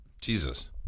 Jesus